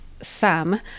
Sam